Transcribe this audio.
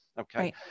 okay